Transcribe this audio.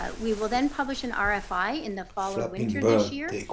ah we will then publish an ah rfi in the fall or winter this year.